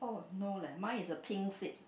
no leh mine is a pink seat